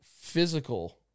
physical